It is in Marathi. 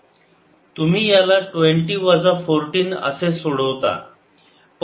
तुम्ही याला ट्वेंटी वजा फोर्टीन असे सोडवता